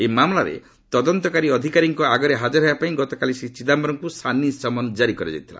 ଏହି ମାମଲାରେ ତଦନ୍ତକାରୀ ଅଧିକାରୀଙ୍କ ଆଗରେ ହାଜର ହେବା ପାଇଁ ଗତକାଲି ଶ୍ରୀ ଚିଦାୟରମ୍ଙ୍କୁ ସାନି ସମନ କାରି କରାଯାଇଥିଲା